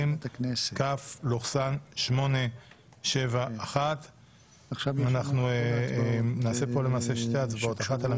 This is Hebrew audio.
29 ביוני 2022. הצעת חוק העונשין (תיקון מס' 144 והוראת